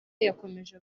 yakomeje